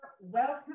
Welcome